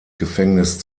gefängnis